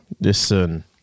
listen